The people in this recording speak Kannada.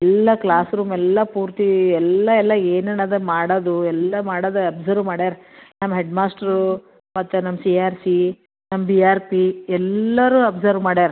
ಎಲ್ಲ ಕ್ಲಾಸ್ ರೂಮೆಲ್ಲ ಎಲ್ಲ ಪೂರ್ತಿ ಎಲ್ಲ ಎಲ್ಲ ಏನೇನು ಅದ ಮಾಡೋದು ಎಲ್ಲ ಮಾಡೋದು ಅಬ್ಸರ್ವ್ ಮಾಡ್ಯಾರ ನಮ್ಮ ಹೆಡ್ ಮಾಸ್ಟ್ರು ಮತ್ತು ನಮ್ಮ ಸಿ ಆರ್ ಸಿ ನಮ್ದು ಬಿ ಆರ್ ಪಿ ಎಲ್ಲರೂ ಅಬ್ಸರ್ವ್ ಮಾಡ್ಯಾರ